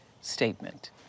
statement